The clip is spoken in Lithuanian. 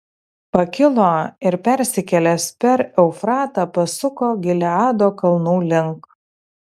pakilo ir persikėlęs per eufratą pasuko gileado kalnų link